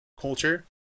culture